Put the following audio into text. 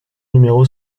numéro